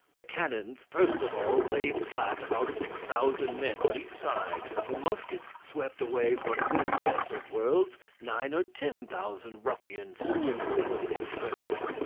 the cannons first of all laid flat about six thousand men on each side the muskets swept away from this best of worlds nine or ten thousand ruffians who infested its surface.